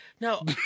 no